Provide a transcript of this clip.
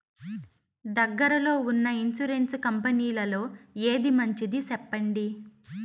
దగ్గర లో ఉన్న ఇన్సూరెన్సు కంపెనీలలో ఏది మంచిది? సెప్పండి?